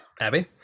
Abby